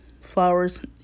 flowers